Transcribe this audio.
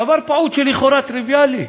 דבר פעוט, שלכאורה הוא טריוויאלי.